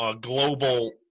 global